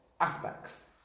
aspects